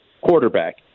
quarterback